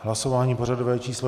Hlasování pořadové číslo 237.